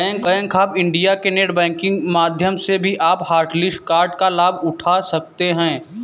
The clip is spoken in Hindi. बैंक ऑफ इंडिया के नेट बैंकिंग माध्यम से भी आप हॉटलिस्ट कार्ड का लाभ उठा सकते हैं